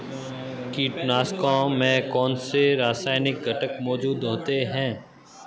कीटनाशकों में कौनसे रासायनिक घटक मौजूद होते हैं?